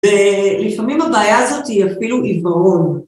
‫ולפעמים הבעיה הזאת ‫היא אפילו עיוורון.